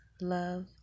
love